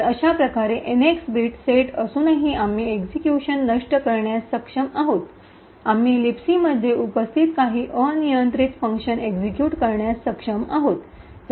तर अशाप्रकारे NX bit set असूनही आम्ही एक्सिक्यूशन नष्ट करण्यास सक्षम आहोत आम्ही लिबसी मध्ये उपस्थित काही अनियंत्रित फंक्शन एक्सिक्यूट करण्यास सक्षम आहोत